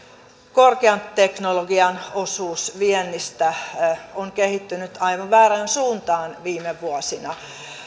korkean teknologian osuus viennistä on kehittynyt aivan väärään suuntaan viime vuosina